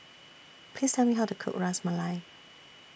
Please Tell Me How to Cook Ras Malai